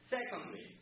Secondly